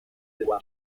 była